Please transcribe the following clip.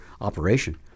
operation